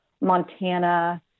Montana